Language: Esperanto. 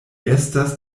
estas